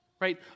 Right